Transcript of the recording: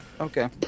Okay